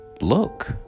look